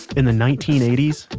in the nineteen eighty s,